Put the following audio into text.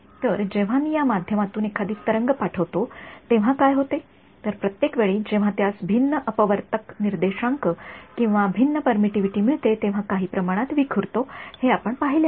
तर जेव्हा मी या माध्यमातून एखादी तरंग पाठवतो तेव्हा काय होते तर प्रत्येक वेळी जेव्हा त्यास भिन्न अपवर्तक निर्देशांक किंवा भिन्न परमिटिव्हिटी मिळते तेव्हा काही प्रमाणात विखुरतो हे आपण पाहिले आहे